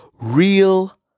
real